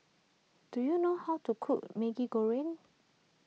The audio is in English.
do you know how to cook Maggi Goreng